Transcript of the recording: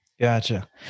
Gotcha